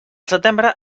setembre